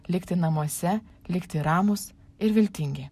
likti namuose likti ramūs ir viltingi